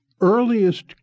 earliest